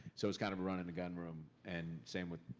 so it's kind of running the gun room, and same with